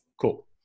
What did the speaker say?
cool